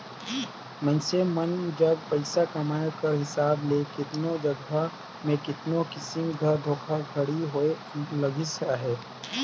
मइनसे मन जग पइसा कमाए कर हिसाब ले केतनो जगहा में केतनो किसिम कर धोखाघड़ी होए लगिस अहे